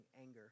anger